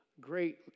great